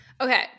Okay